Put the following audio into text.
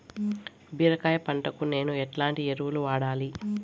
బీరకాయ పంటకు నేను ఎట్లాంటి ఎరువులు వాడాలి?